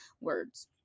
words